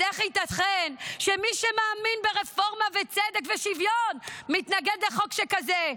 אז איך ייתכן שמי שמאמין ברפורמה וצדק ושוויון מתנגד לחוק שכזה?